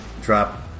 drop